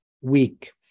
week